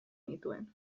nituen